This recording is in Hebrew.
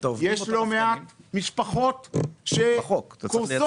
שיש לו מעט משפחות שקורסות.